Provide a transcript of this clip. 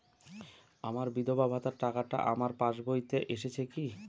আমার বিধবা ভাতার টাকাটা আমার পাসবইতে এসেছে কি?